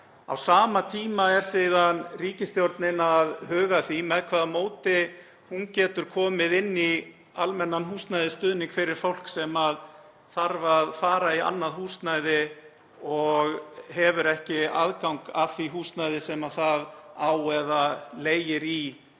Á sama tíma er ríkisstjórnin síðan að huga að því með hvaða móti hún getur komið inn í almennan húsnæðisstuðning fyrir fólk sem þarf að fara í annað húsnæði og hefur ekki aðgang að því húsnæði sem það á eða leigir